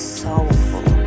soulful